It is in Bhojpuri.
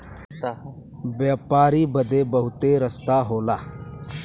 व्यापारी बदे बहुते रस्ता होला